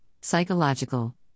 psychological